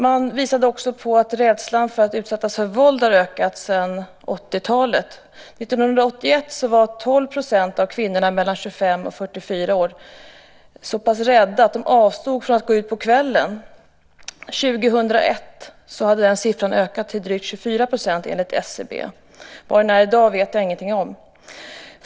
Man visade också på att rädslan för att utsättas för våld har ökat sedan 80-talet. År 1981 var 12 % av kvinnorna mellan 25 och 44 år så pass rädda att de avstod från att gå ut på kvällen. År 2001 hade den siffran ökat till drygt 24 % enligt SCB. Vad den är i dag vet jag ingenting om.